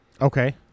Okay